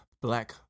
black